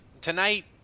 tonight